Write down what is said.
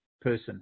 person